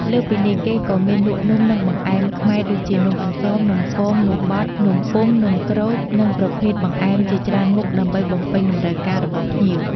លើសពីនេះ គេក៏មានលក់នំ និងបង្អែមខ្មែរដូចជា នំអន្សម នំគម នំបត់ នំពុម្ភ នំក្រូច និងប្រភេទបង្អែមជាច្រើនមុខដើម្បីបំពេញតម្រូវការរបស់ភ្ញៀវ។